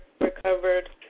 recovered